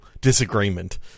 disagreement